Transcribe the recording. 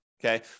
Okay